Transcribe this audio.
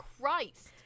Christ